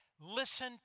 listen